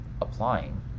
applying